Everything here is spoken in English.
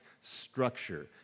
structure